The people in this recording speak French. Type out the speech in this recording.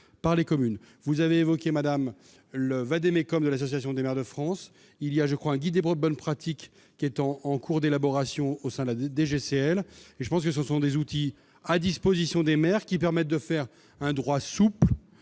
par les communes, vous avez évoqué Madame le vade-mecum de l'Association des maires de France, il y a je crois un guide hébreu bonne pratiques qui étant en cours d'élaboration au sein de la DG Cl et je pense que ce sont des outils à disposition des maires qui permettent de faire un droit souple